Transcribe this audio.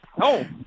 No